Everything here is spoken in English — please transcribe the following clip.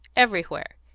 everywhere.